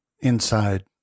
inside